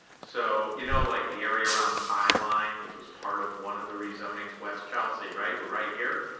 so you know like the area around the high line, line, which was part of one of the rezonings, west chelsea, right? we're right here.